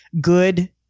good